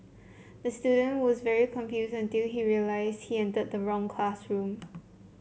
the student was very confused until he realised he entered the wrong classroom